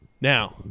Now